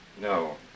No